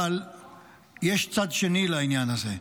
אבל יש צד שני לעניין הזה,